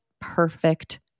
perfect